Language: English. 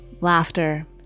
laughter